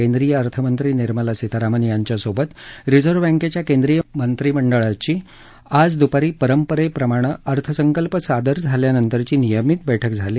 केंद्रीय अर्थमंत्री निर्मला सीतारामन यांच्यासोबत रिझर्व्ह बँकेच्या केंद्रीय मंडळाची आज दुपारी परंपरेप्रमाणे अर्थसंकल्प सादर झाल्यानंतरची नियमित बैठक झाली